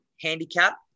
handicap